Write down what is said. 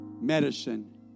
medicine